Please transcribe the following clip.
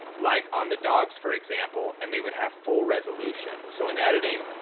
like on the dogs for example and they would have full resolution. so in editing,